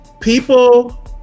People